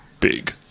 big